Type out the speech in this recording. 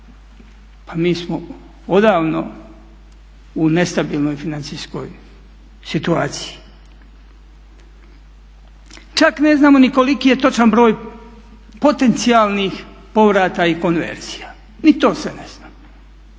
pa mi smo odavno u nestabilnoj financijsko situaciji. Čak ne znamo ni koliki je točan broj potencijalnih povrata i konverzija, ni to se ne zna.